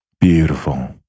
Beautiful